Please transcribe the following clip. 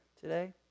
today